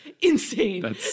insane